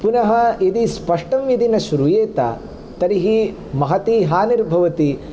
पुनः यदि स्पष्टं यदि न श्रूयेत तर्हि महतिः हानिर्भवति